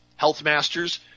Healthmasters